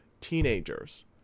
teenagers